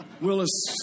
Willis